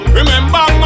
Remember